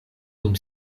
dum